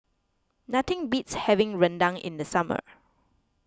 nothing beats having Rendang in the summer